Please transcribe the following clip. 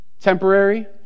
temporary